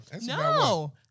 No